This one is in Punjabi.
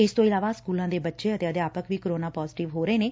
ਇਸ ਤੋਂ ਇਲਾਵਾ ਸਕੂਲਾਂ ਦੇ ਬੱਚੇ ਅਤੇ ਅਧਿਆਪਕ ਵੀ ਕੋਰੋਨਾ ਪਾਜੇਟਿਵ ਹੋ ਰਹੇ ਨੇ